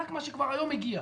רק מה שכבר היום מגיע.